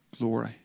glory